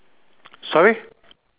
sorry